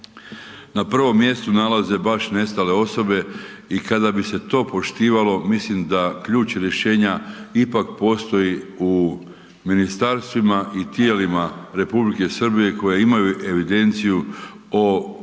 na prvom mjestu nalaze baš nestale osobe i kada bi se to poštivalo, mislim da ključ rješenja ipak postoji u ministarstvima i tijelima Republike Srbije koje imaju evidenciju o masovnim